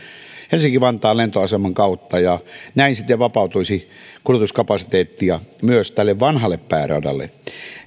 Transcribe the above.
helsinki vantaan lentoaseman kautta ja näin sitten vapautuisi kuljetuskapasiteettia myös tälle vanhalle pääradalle